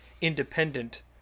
independent